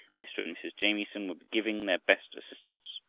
mr. and mrs. jamieson were giving their best assistance.